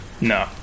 No